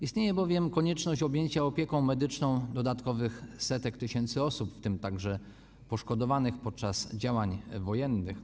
Istnieje bowiem konieczność objęcia opieką medyczną dodatkowych setek tysięcy osób, w tym także poszkodowanych podczas działań wojennych.